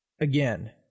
again